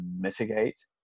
mitigate